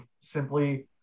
simply